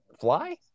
fly